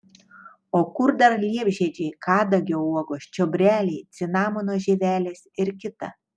o kur dar liepžiedžiai kadagio uogos čiobreliai cinamono žievelės ir kita